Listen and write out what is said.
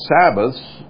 Sabbaths